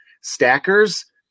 Stackers